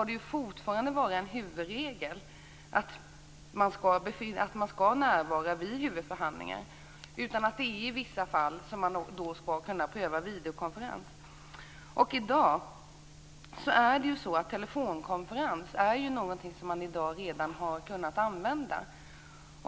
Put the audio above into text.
att det fortfarande skall vara en huvudregel att närvara vid huvudförhandlingar. Men i vissa fall skall man kunna pröva videokonferens. I dag går det redan att använda telefonkonferens.